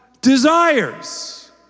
desires